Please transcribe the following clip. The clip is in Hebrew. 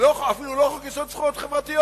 אפילו לא חוק-יסוד: זכויות חברתיות.